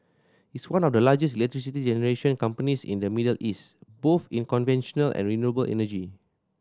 it's one of the largest electricity generation companies in the Middle East both in conventional and renewable energy